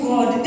God